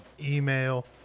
Email